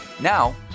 Now